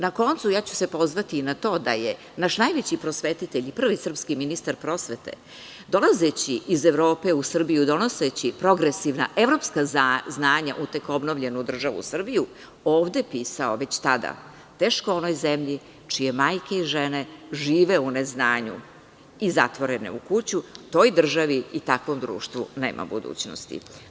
Na koncu ja ću se pozvati i na to da je naš najveći prosvetitelj, prvi srpski ministar prosvete, dolazeći iz Evrope u Srbiju, donoseći progresivna evropska znanja u tekovnovljenu državu Srbiju, ovde pisao već tada – teško onoj zemlji čije majke i žene žive u neznanju i zatvorene u kuću, toj državi i takvom društvu nema budućnosti.